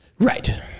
Right